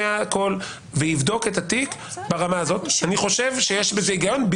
אני חושב שיש בזה היגיון,